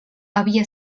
havia